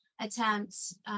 attempts